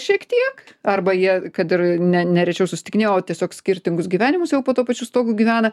šiek tiek arba jie kad ir ne ne rečiau susitikinėjo o tiesiog skirtingus gyvenimus jau po tuo pačiu stogu gyvena